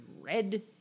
red